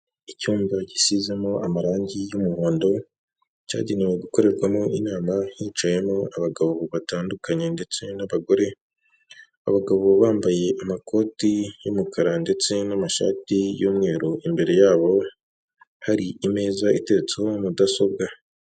Icyumba gisizemo amarangi y'umuhondo cyagenewe gukorerwamo inama hicayemo abagabo batandukanye ndetse n'abagore, abagabo bambaye amakoti y'umukara ndetse n'amashati y'umweru imbere yabo hari imeza iteretseho mudasobwa.